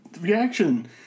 reaction